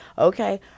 okay